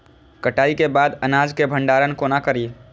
कटाई के बाद अनाज के भंडारण कोना करी?